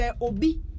obi